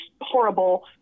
horrible